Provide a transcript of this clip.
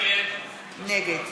נגד